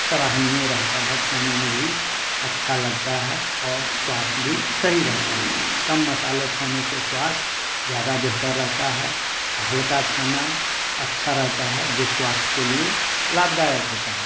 सराहनीय रहता है खाने में भी अच्छा लगता है और स्वास्थ्य भी सही रहता है कम मसाले खाने से स्वास्थ्य ज़्यादा बेहतर रहता है हल्का खाना अच्छा रहता है जो स्वास्थ्य के लिए लाभदायक होता है